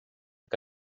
que